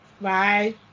Bye